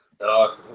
No